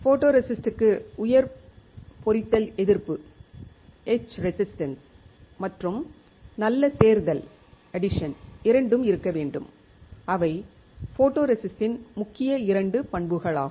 ஃபோட்டோரெசிஸ்ட்டுக்கு உயர் பொறித்தல் எதிர்ப்பு மற்றும் நல்ல சேர்தல் இரண்டும் இருக்க வேண்டும் அவை ஃபோட்டோரெசிஸ்ட்டின் முக்கிய இரண்டு பண்புகளாகும்